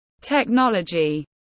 technology